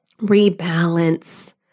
rebalance